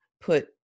put